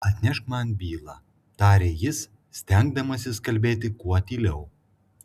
atnešk man bylą tarė jis stengdamasis kalbėti kuo tyliau